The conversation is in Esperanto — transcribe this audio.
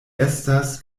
estas